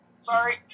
Sorry